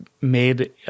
made